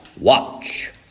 watch